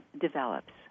develops